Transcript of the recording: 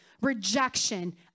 rejection